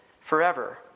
forever